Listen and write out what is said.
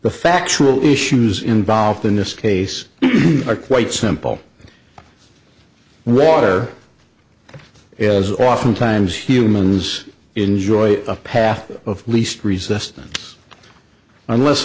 the factual issues involved in this case are quite simple water is oftentimes humans enjoy a path of least resistance unless